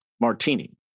Martini